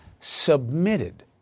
submitted